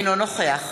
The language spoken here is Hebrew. אינו נוכח